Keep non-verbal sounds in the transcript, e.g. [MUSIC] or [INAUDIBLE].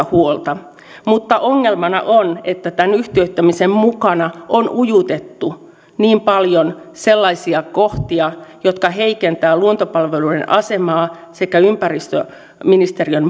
[UNINTELLIGIBLE] huolta mutta ongelmana on että tämän yhtiöittämisen mukana on ujutettu niin paljon sellaisia kohtia jotka heikentävät luontopalveluiden asemaa sekä ympäristöministeriön [UNINTELLIGIBLE]